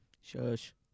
Shush